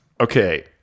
Okay